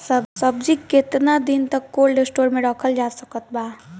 सब्जी केतना दिन तक कोल्ड स्टोर मे रखल जा सकत बा?